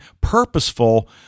purposeful